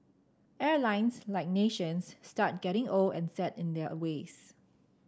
airlines like nations start getting old and set in their ways